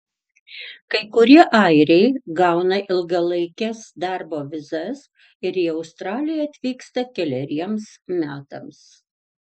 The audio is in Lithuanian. kai kurie airiai gauna ilgalaikes darbo vizas ir į australiją atvyksta keleriems metams